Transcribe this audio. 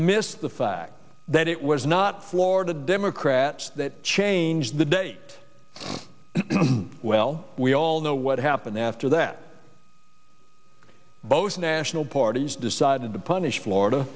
missed the fact that it was not florida democrats that changed the day well we all know what happened after that both national parties decided to punish florida